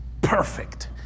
perfect